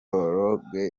prologue